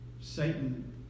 Satan